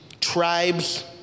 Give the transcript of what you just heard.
tribes